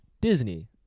Disney